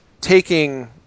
taking